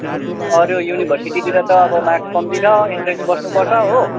अरू युनिभर्सिटीतिर त अब मार्क्स कम्ती छ इन्ट्र्यान्स बस्नुपर्छ हो